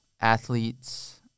athletes